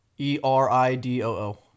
E-R-I-D-O-O